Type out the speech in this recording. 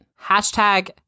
hashtag